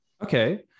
Okay